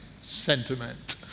Sentiment